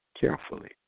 carefully